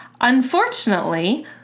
Unfortunately